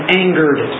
angered